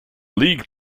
league